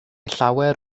llawer